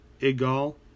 Egal